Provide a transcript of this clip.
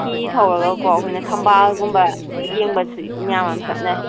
ꯍꯤ ꯊꯧꯔꯒꯀꯣ ꯑꯩꯈꯣꯏꯅ ꯊꯝꯕꯥꯜꯒꯨꯝꯕ ꯌꯦꯡꯕꯁꯤ ꯃꯌꯥꯝ ꯑꯃ ꯆꯠꯅꯩ